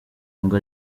ngo